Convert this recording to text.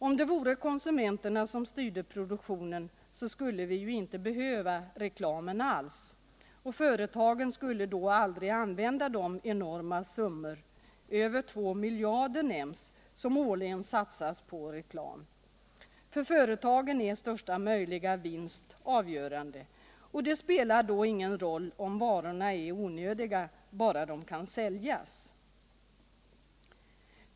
Om det vore konsumenterna som styrde produktionen skulle vi inte behöva reklam alls, och företagen skulle då aldrig använda de enorma summor — över 2 miljarder nämns — som årligen satsas på reklam. För företagen är största möjliga vinst avgörande, och det spelar ingen roll om varorna är nödvändiga — bara de kan säljas.